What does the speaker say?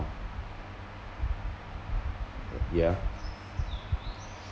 uh yeah